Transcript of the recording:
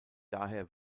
daher